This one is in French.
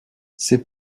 c’est